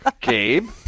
Gabe